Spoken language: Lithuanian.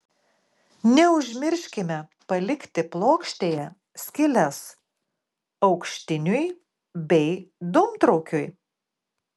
neužmirškime palikti plokštėje skyles aukštiniui bei dūmtraukiui